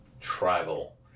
tribal